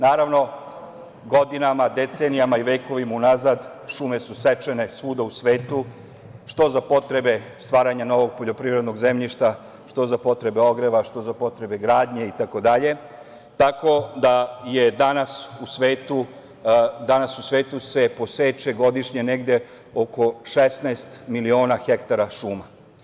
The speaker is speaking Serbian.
Naravno, godinama, decenijama i vekovima unazad šume su sečene svuda u svetu, što za potrebe stvaranja novog poljoprivrednog zemljišta, što za potrebe ogreva, što za potrebe gradnje itd, tako da se danas u svetu godišnje poseče negde oko 16 miliona hektara šuma.